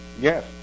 Yes